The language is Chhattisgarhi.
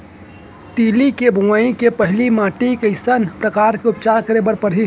तिलि के बोआई के पहिली माटी के कइसन प्रकार के उपचार करे बर परही?